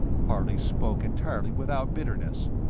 harley spoke entirely without bitterness,